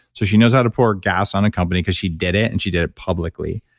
so, she knows how to pour gas on a company because she did it and she did it publicly.